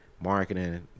marketing